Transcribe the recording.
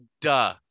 duh